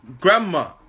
grandma